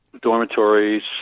dormitories